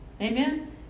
amen